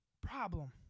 problem